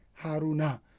Haruna